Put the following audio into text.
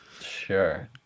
sure